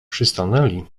przystanęli